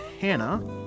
Hannah